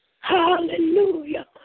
Hallelujah